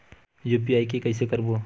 UPI के कइसे करबो?